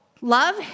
Love